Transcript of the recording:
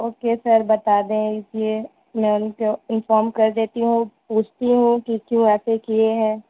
okay sir بتا دیں اس لیے میں ان کو انفارم کر دیتی ہوں پوچھتی ہوں کہ کیوں ایسے کیے ہیں